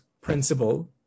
principle